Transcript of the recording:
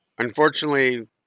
Unfortunately